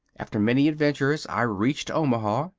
after many adventures i reached omaha,